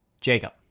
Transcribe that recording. Jacob